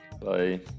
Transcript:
Bye